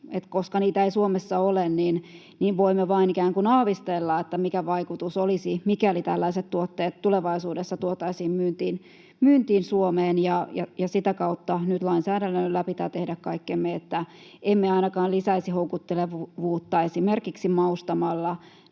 koska niitä ei Suomessa ole, niin voimme vain ikään kuin aavistella, mikä vaikutus olisi, mikäli tällaiset tuotteet tulevaisuudessa tuotaisiin myyntiin Suomeen. Sitä kautta nyt lainsäädännöllä pitää tehdä kaikkemme, että emme ainakaan lisäisi houkuttelevuutta esimerkiksi maustamalla